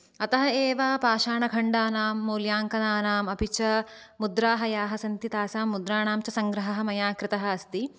अतः एव पाषाणखण्डानां मूल्याङ्कनानाम् अपि च मुद्राः याः सन्ति तासां मुद्राणां च सङ्ग्रहः मया कृतः अस्ति